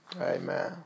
Amen